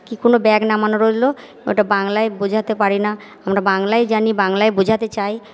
কী কোনও ব্যাগ নামানো রইলো ওটা বাংলায় বোঝাতে পারি না আমরা বাংলায় জানি বাংলায় বোঝাতে চাই